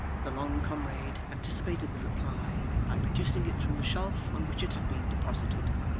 the long comrade anticipated the reply, by producing it from the shelf on which it had been deposited.